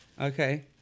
Okay